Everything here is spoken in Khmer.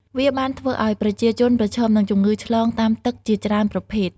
វាបានធ្វើឱ្យប្រជាជនប្រឈមនឹងជំងឺឆ្លងតាមទឹកជាច្រើនប្រភេទ។